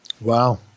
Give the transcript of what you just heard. wow